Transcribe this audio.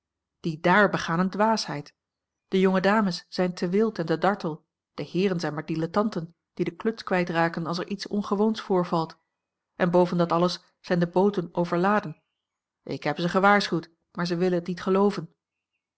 die dààr begaan eene dwaasheid de jonge dames zijn te wild en te dartel de heeren zijn maar dilettanten die den klus kwijt raken als er iets ongewoons voorvalt en boven dat alles zijn de booten overladen ik heb ze gewaarschuwd maar ze willen het niet gelooven